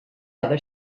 other